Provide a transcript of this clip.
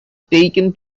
taken